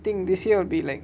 think this year will be like